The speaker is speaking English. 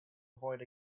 avoid